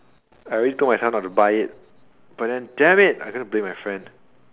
I already told myself not to buy it but then damn it I'm gonna play with my friend